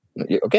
Okay